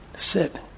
sit